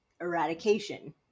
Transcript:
eradication